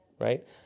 right